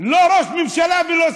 לא ראש ממשלה ולא שר.